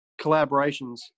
collaborations